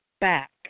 back